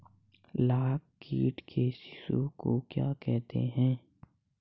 लाख कीट के शिशु को क्या कहते हैं?